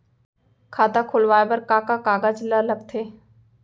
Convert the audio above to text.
खाता खोलवाये बर का का कागज ल लगथे?